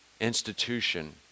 institution